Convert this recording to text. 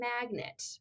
magnet